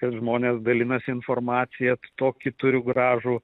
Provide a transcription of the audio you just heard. kad žmonės dalinasi informacija tokį turiu gražų